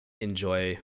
enjoy